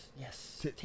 Yes